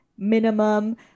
minimum